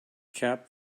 cap